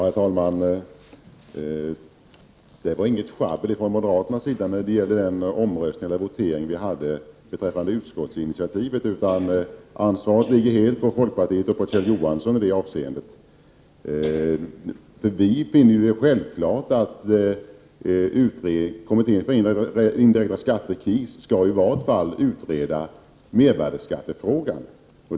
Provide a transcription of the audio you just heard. Herr talman! Det var inget sjabbel från moderaternas sida vid den votering vi hade beträffande utskottsinitiativet, utan ansvaret ligger helt på folkpartiet och på Kjell Johansson i det avseendet. Vi ville självklart att kommittén för indirekta skatter, KIS, i vart fall skulle utreda mervärdeskattefrågan.